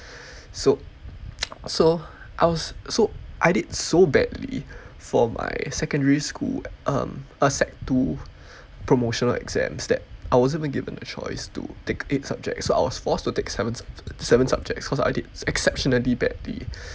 so so I was so I did so badly for my secondary school um uh sec two promotional exams that I wasn't even given a choice to take eight subjects so I was forced to take seven se~ se~ seven subjects cause I did exceptionally badly